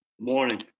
Morning